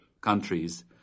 countries